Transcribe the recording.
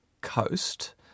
Coast